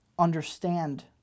understand